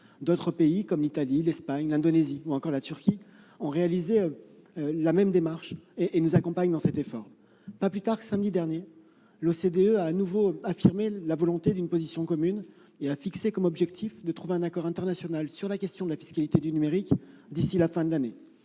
D'autres pays tels que l'Italie, l'Espagne, l'Indonésie, ou encore la Turquie ont effectué une démarche identique et nous accompagnent dans cet effort. Pas plus tard que samedi dernier, l'OCDE a de nouveau affirmé sa volonté d'une position commune et s'est fixé l'objectif d'un accord international sur la question de la fiscalité du numérique d'ici à la fin de l'année.